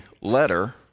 letter